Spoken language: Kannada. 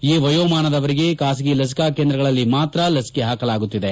ಈ ವಯೋಮಾನದವರಿಗೆ ಬಾಸಗಿ ಲಸಿಕಾ ಕೇಂದ್ರಗಳಲ್ಲಿ ಮಾತ್ರ ಲಸಿಕೆ ಹಾಕಲಾಗುತ್ತಿದೆ